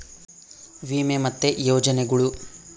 ವಿಮೆ ಮತ್ತೆ ಯೋಜನೆಗುಳು